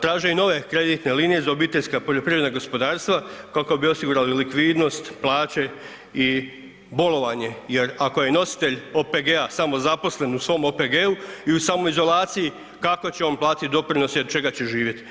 Traže i nove kreditne linije za obiteljska poljoprivredna gospodarstva kako bi osigurali likvidnost, plaće i bolovanje jer ako je nositelj OPG-a samozaposlen u svom OPG-u i u samoizolaciji kako će on platiti doprinose i od čega će živjeti.